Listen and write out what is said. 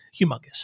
humongous